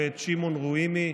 ואת שמעון רוימי,